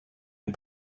and